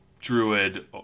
druid